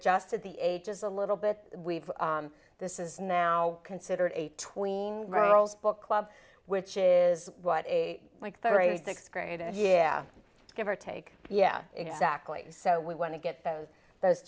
adjusted the ages a little bit we've this is now considered a tween girls book club which is what a third rate sixth grade and yeah give or take yeah exactly so we want to get those those